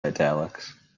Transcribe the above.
italics